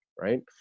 right